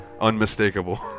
unmistakable